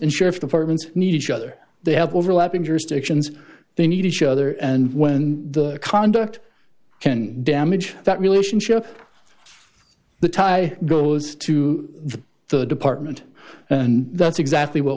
sheriff's departments need each other they have overlapping jurisdictions they need each other and when the conduct can damage that relationship the tie goes to the department and that's exactly what